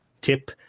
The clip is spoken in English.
tip